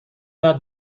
مرد